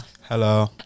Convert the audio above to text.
Hello